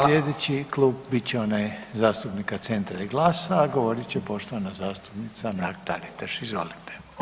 Slijedeći Klub bit će onaj zastupnika Centra i GLAS-a a govorit će poštovana zastupnica Mrak-Taritaš, izvolite.